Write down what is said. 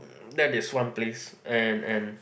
that is one place and and